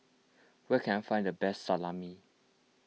where can I find the best Salami